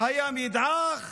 הים ידעך,